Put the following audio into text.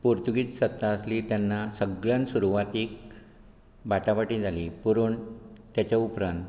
पुर्तुगीज सत्ता आसली तेन्ना सगळ्यांत सुरवातीक बाटा बाटी जाली पूण तेच्या उपरांत